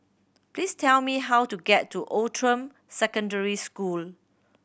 please tell me how to get to Outram Secondary School